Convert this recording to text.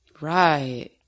Right